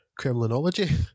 Kremlinology